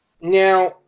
Now